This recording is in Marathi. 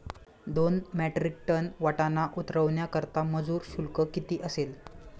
दोन मेट्रिक टन वाटाणा उतरवण्याकरता मजूर शुल्क किती असेल?